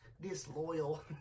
disloyal